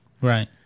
right